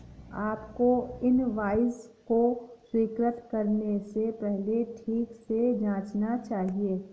आपको इनवॉइस को स्वीकृत करने से पहले ठीक से जांचना चाहिए